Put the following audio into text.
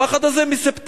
הפחד הזה מספטמבר,